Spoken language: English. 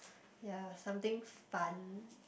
ya something fun